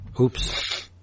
Oops